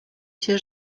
się